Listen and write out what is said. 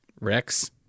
Rex